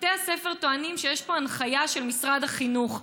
בתי הספר טוענים שיש פה הנחיה של משרד החינוך.